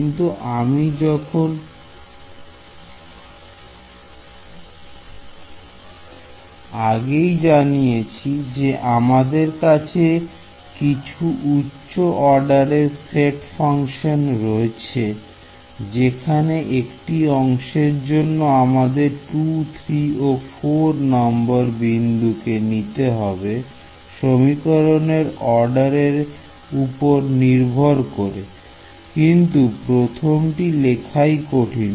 কিন্তু আমি যেমন আগেই জানিয়েছি যে আমাদের কাছে কিছু উচ্চ অর্ডারের সেট ফাংশন আছে যেখানে একটি অংশের জন্য আমাদের 2 3 ও 4 নম্বর বিন্দুকে নিতে হবে সমীকরণের অর্ডার এর উপর নির্ভর করে কিন্তু প্রথমটি লেখায় কঠিন